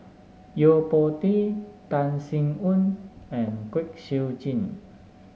Yo Po Tee Tan Sin Aun and Kwek Siew Jin